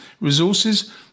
Resources